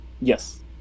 Yes